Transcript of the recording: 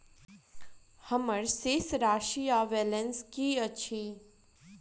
हम्मर शेष राशि वा बैलेंस की अछि?